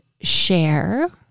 share